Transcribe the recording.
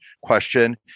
question